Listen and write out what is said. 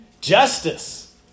justice